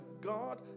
God